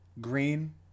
Green